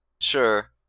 sure